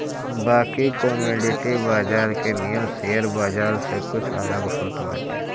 बाकी कमोडिटी बाजार के नियम शेयर बाजार से कुछ अलग होत बाटे